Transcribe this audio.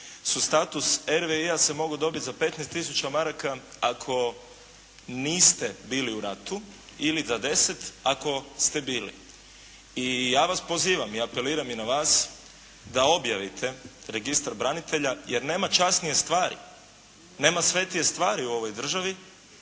su status RVI se mogao dobiti za 15 tisuća maraka ako niste bili u ratu ili za 10 ako ste bili. I ja vas pozivam i apeliram i na vas da objavite Registar branitelja jer nema časnije stvari, nema svetije stvari u ovoj državi